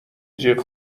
جیغ